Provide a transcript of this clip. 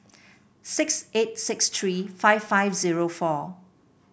six eight six three five five zero four